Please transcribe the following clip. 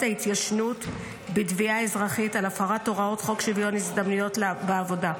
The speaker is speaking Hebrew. ההתיישנות בתביעה אזרחית על הפרת הוראות חוק שוויון ההזדמנויות בעבודה,